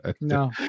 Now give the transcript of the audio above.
No